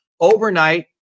overnight